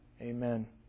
Amen